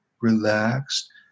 relaxed